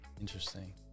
Interesting